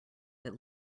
that